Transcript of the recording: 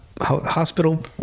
hospital